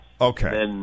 Okay